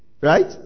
right